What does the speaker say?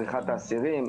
בריחת האסירים,